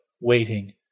waiting